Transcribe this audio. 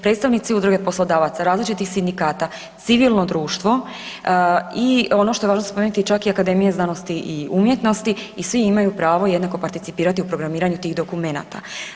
Predstavnici udruge poslodavaca, različiti sindikata, civilno društvo i ono što je važno spomenuti čak i Akademija znanosti i umjetnosti i svi imaju pravo jednako participirati u programiranju tih dokumenata.